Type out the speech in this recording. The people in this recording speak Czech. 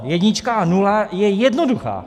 Jednička a nula je jednoduchá.